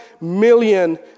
million